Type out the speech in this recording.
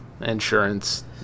insurance